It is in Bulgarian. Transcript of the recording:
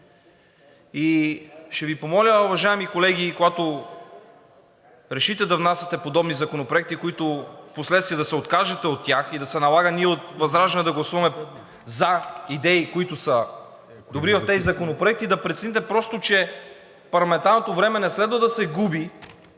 Ще Ви помоля, уважаеми колеги, когато решите да внасяте подобни законопроекти, от които впоследствие да се откажете и да се налага ние от ВЪЗРАЖДАНЕ да гласуваме за идеи, които са добри в тези законопроекти, да прецените, че парламентарното време не следва да се губи